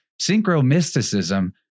synchro-mysticism